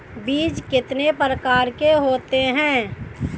बीज कितने प्रकार के होते हैं?